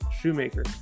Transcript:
Shoemaker